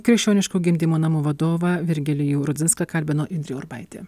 krikščioniškų gimdymo namų vadovą virgilijų rudzinską kalbino indrė urbaitė